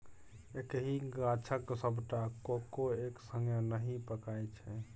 एक्कहि गाछक सबटा कोको एक संगे नहि पाकय छै